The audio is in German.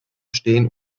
stehen